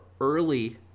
early